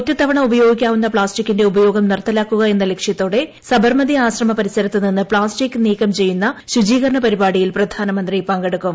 ഒറ്റത്തവണ ഉപയ്ക്കുക്ടിക്കാവുന്ന പ്ലാസ്റ്റിക്കിന്റെ ഉപയോഗം നിർത്തലാക്കുക എന്ന ലക്ഷ്യത്ത്മോർടെ സബർമതി ആശ്രമ പരിസരത്ത് നിന്ന് പ്ലാസ്റ്റിക്ക് നീക്കം ച്ചെയ്യൂന്ന് ശുചീകരണ പരിപാടിയിൽ പ്രധാനമന്ത്രി പങ്കെടുക്കും